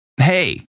hey